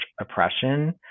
oppression